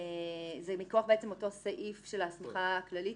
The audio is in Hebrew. מכוח אותו סעיף של ההסמכה הכללית